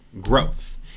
growth